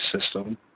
system